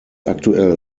aktuell